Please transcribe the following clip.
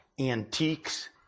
antiques